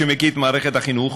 שמכיר את מערכת החינוך,